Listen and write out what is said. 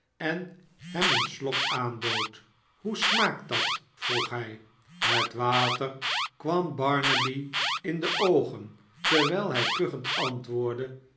en hem een slok aanbood hoe smaakt dat vroeg hij het water kwam barnaby in de oogen terwijl hij kuchend antwoordde